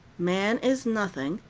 man is nothing,